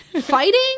fighting